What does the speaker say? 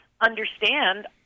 understand